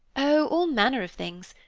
oh, all manner of things.